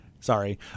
Sorry